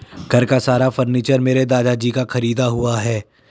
घर का सारा फर्नीचर मेरे दादाजी का खरीदा हुआ है